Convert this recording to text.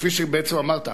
כפי שבעצם אמרת,